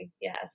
Yes